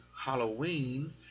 Halloween